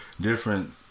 Different